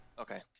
Okay